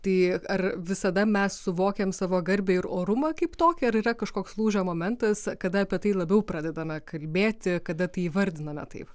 tai ar visada mes suvokiam savo garbę ir orumą kaip tokį ar yra kažkoks lūžio momentas kada apie tai labiau pradedame kalbėti kad tai įvardiname taip